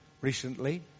recently